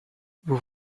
vous